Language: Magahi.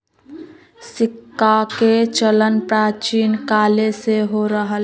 सिक्काके चलन प्राचीन काले से हो रहल हइ